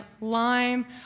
lime